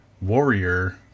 warrior